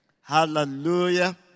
Hallelujah